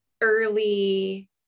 early